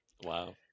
Wow